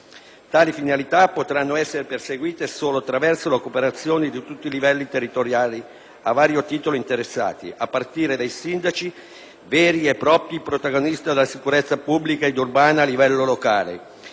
Tali finalità potranno essere perseguite solo attraverso la cooperazione di tutti i livelli territoriali a vario titolo interessati, a partire dai sindaci, veri e propri protagonisti della sicurezza pubblica ed urbana a livello locale.